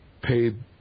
paid